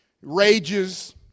rages